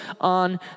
on